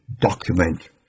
document